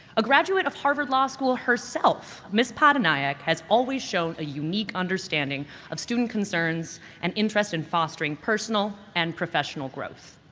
a graduate of harvard law school herself, ms. pattanayak has always shown a unique understanding of student concerns and interest in fostering personal and professional growth.